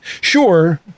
sure